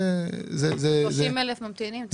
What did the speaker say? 30 אלף ממתינים.